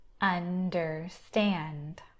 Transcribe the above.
understand